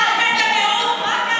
עם ישראל?